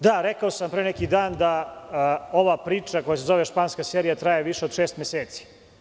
Da, rekao sam pre neki dan da ova priča, koja se zove španska serija, traje više od šest meseci.